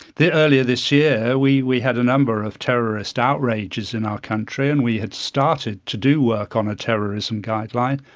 earlier this year we we had a number of terrorist outrages in our country, and we had started to do work on a terrorism guideline.